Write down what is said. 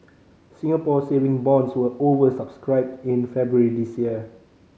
Singapore Saving Bonds were over subscribed in February this year